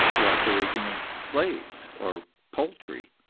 like the raising of slaves or poultry.